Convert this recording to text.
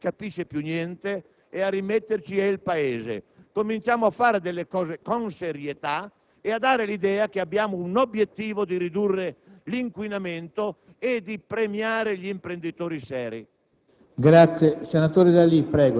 tratta di una marmellata dove nessuno ci capisce più niente. A rimetterci è il Paese. Cominciamo a fare le cose con serietà e a dare l'idea che abbiamo l'obiettivo di ridurre l'inquinamento e di premiare gli imprenditori seri.